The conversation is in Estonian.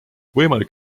võimalik